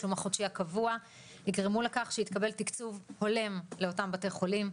התשלום החודשי הקבוע יגרמו לכך שיתקבל תקצוב הולם לאותם בתי חולים,